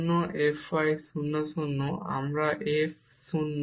0 বিয়োগ 0 ভাজিত delta x করলে আমরা 0 পাবো